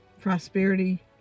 prosperity